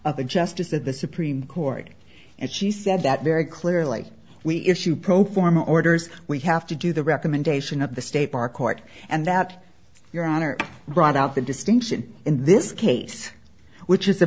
the justice of the supreme court and she said that very clearly we issue pro forma orders we have to do the recommendation of the state bar court and out your honor brought out the distinction in this case which is a